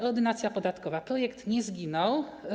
Ordynacja podatkowa - projekt nie zginął.